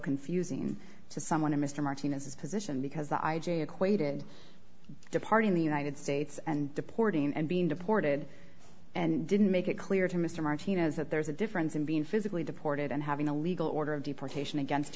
confusing to someone in mr martinez's position because i j equated departing the united states and deporting and being deported and didn't make it clear to mr martinez that there's a difference in being physically deported and having a legal order of deportation against